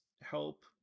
help